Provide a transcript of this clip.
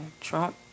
Trump